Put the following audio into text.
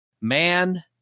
man